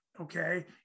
okay